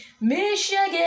Michigan